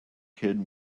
kid